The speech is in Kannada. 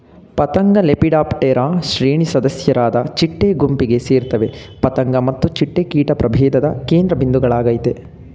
ಪತಂಗಲೆಪಿಡಾಪ್ಟೆರಾ ಶ್ರೇಣಿ ಸದಸ್ಯರಾದ ಚಿಟ್ಟೆ ಗುಂಪಿಗೆ ಸೇರ್ತವೆ ಪತಂಗ ಮತ್ತು ಚಿಟ್ಟೆ ಕೀಟ ಪ್ರಭೇಧದ ಕೇಂದ್ರಬಿಂದುಗಳಾಗಯ್ತೆ